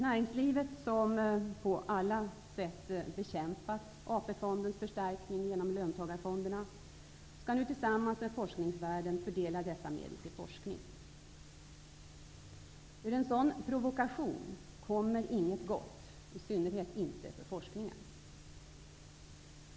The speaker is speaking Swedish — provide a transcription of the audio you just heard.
Näringslivet, som på alla sätt har bekämpat AP-fondens förstärkning genom löntagarfonderna, skall nu tillsammans med forskningsvärlden fördela dessa medel till forskning. Ur en sådan provokation kommer inget gott, i synnerhet inte för forskningen.